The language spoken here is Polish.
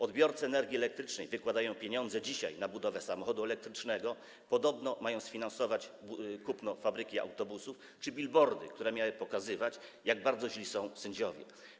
Odbiorcy energii elektrycznej wykładają dzisiaj pieniądze na budowę samochodu elektrycznego, podobno mają sfinansować kupno fabryki autobusów czy billboardy, które miały pokazywać, jak bardzo źli są sędziowie.